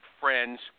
friends